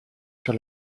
sur